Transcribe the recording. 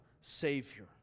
savior